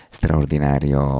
straordinario